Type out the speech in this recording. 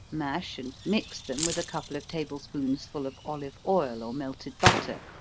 mash and mix them with a couple of table spoonsful of olive oil, or melted butter,